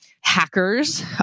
hackers